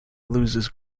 loses